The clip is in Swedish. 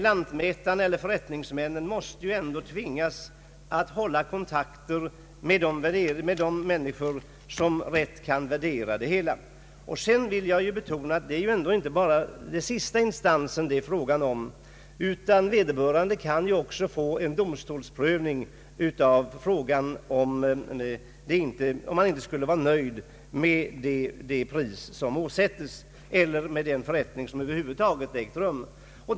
Lantmätaren eller förrättningsmännen måste ändå tvingas att hålla kontakter med de människor som rätt kan värdera marken. Jag vill betona att denna värdering inte så att säga utgör den sista instansen, utan vederbörande kan också få en domstolsprövning, om han inte skulle vara nöjd med det pris som åsättes eller med den förrättning som ägt rum.